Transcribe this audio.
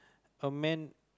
a man